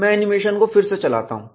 मैं एनिमेशन को फिर से चलाता हूं